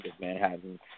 Manhattan